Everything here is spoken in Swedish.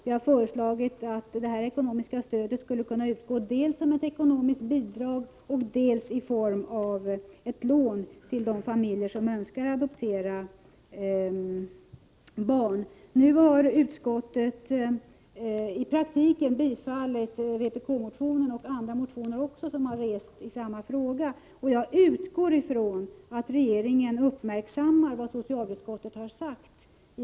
Vi har föreslagit att det ekonomiska stödet skulle kunna utgå dels som ett ekonomiskt bidrag, dels i form av ett lån till de familjer som önskar adoptera barn. Nu har utskottet i praktiken biträtt vpk-motionen, och även andra motioner som väckts i samma fråga, och jag utgår från att regeringen uppmärksammar vad socialutskottet här sagt.